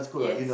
yes